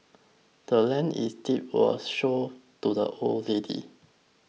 the land's deed was sold to the old lady